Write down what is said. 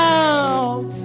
out